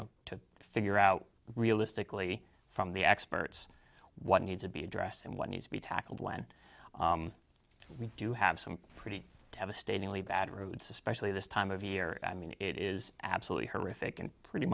know to figure out realistically from the experts what needs to be addressed and what needs to be tackled when we do have some pretty devastatingly bad roots especially this time of year i mean it is absolutely horrific and pretty